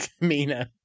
Mina